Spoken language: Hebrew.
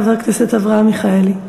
חבר הכנסת אברהם מיכאלי.